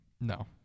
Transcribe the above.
no